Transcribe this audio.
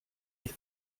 ich